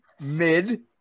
Mid